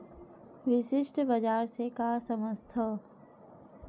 विशिष्ट बजार से का समझथव?